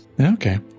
Okay